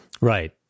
Right